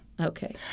Okay